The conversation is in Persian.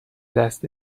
دست